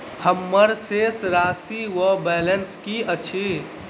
हम्मर शेष राशि वा बैलेंस की अछि?